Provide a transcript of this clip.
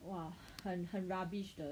!wah! 很恨 rubbish 的